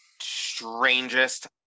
strangest